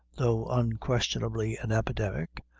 though unquestionably an epidemic,